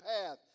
path